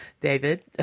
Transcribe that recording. David